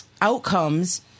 outcomes